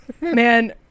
man